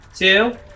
Two